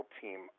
team